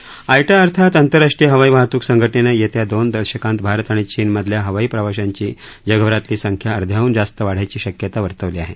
eta अर्थात आंतरराष्ट्रीय हवाई वाहतूक संघटनेनं येत्या दोन दशकांत भारत आणि चीनमधल्या हवाई प्रवाशांची जगभरातली संख्या अर्ध्याहून जास्त वाढायची शक्यता वर्तवली आहे